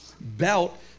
belt